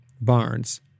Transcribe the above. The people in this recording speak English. Barnes